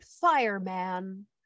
fireman